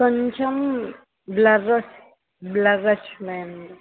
కొంచెం blur blur వచ్చాయండి